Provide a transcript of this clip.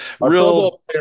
Real